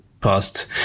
past